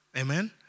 Amen